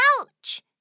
Ouch